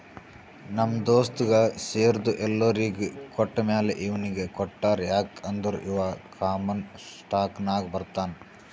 ನಮ್ ದೋಸ್ತಗ್ ಶೇರ್ದು ಎಲ್ಲೊರಿಗ್ ಕೊಟ್ಟಮ್ಯಾಲ ಇವ್ನಿಗ್ ಕೊಟ್ಟಾರ್ ಯಾಕ್ ಅಂದುರ್ ಇವಾ ಕಾಮನ್ ಸ್ಟಾಕ್ನಾಗ್ ಬರ್ತಾನ್